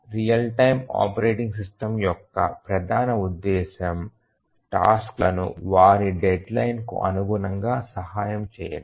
real time operating systems యొక్క ప్రాధమిక ఉద్దేశ్యం టాస్క్లను వారి డెడ్ లైన్ కు అనుగుణంగా సహాయం చేయడం